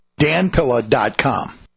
danpilla.com